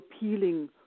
appealing